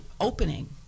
opening